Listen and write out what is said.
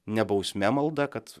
ne bausme malda kad